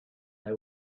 they